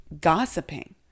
gossiping